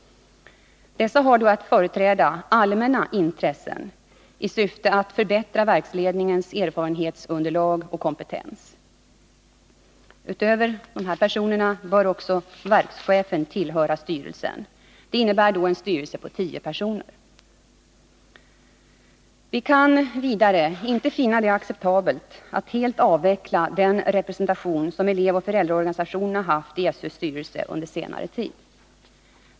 Dessa har att företräda allmänna intressen i syfte att förbättra verksledningens erfarenhetsunderlag och kompetens. Därutöver bör verkschefen tillhöra styrelsen. Detta innebär en styrelse på tio personer. Vi kan vidare inte finna det acceptabelt att man helt avvecklar den representation som elevoch föräldraorganisationerna haft i SÖ:s styrelse under senare tid.